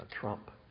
trump